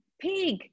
pig